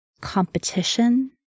competition